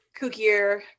kookier